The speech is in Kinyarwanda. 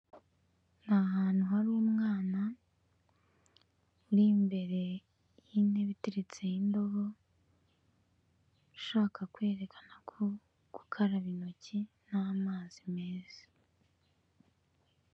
Ni ahantu hari umwana uri imbere y'intebe iteretseho indobo, ushaka kwerekana ko gukaraba intoki n'amazi meza.